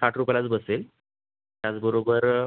साठ रुपयालाच बसेल त्याचबरोबर